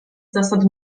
zasad